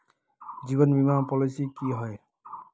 जीवन बीमा पॉलिसी की होय?